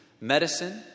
medicine